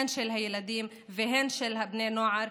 הן של הילדים והן של בני הנוער,